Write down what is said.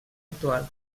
actual